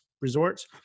resorts